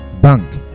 Bank